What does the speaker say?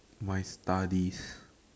my studies